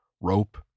rope